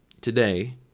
today